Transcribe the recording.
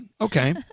Okay